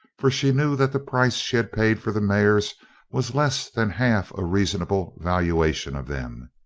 for she knew that the price she had paid for the mares was less than half a reasonable valuation of them.